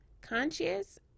conscious